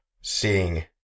seeing